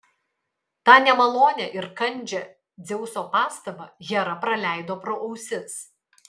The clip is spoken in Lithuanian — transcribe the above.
tą nemalonią ir kandžią dzeuso pastabą hera praleido pro ausis